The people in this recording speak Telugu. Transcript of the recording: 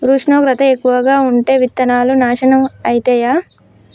ఉష్ణోగ్రత ఎక్కువగా ఉంటే విత్తనాలు నాశనం ఐతయా?